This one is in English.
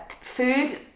Food